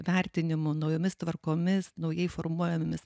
vertinimu naujomis tvarkomis naujai formuojamomis